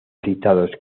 citados